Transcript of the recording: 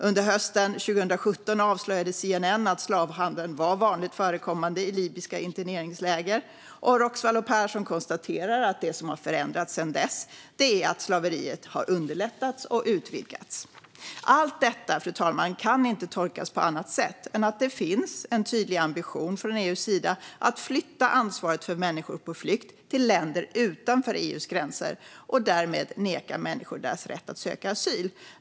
Under hösten 2017 avslöjade CNN att slavhandel var vanligt förekommande i libyska interneringsläger, och Roxvall och Persson konstaterar att det som har förändrats sedan dess är att slaveriet har underlättats och utvidgats. Fru talman! Allt detta kan inte tolkas på annat sätt än att det finns en tydlig ambition från EU:s sida att flytta ansvaret för människor på flykt till länder utanför EU:s gränser och därmed neka människor deras rätt att söka asyl.